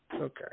Okay